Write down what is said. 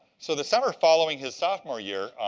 so the summer following his sophomore year,